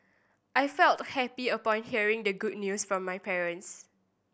I felt happy upon hearing the good news from my parents